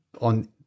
on